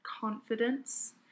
confidence